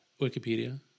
Wikipedia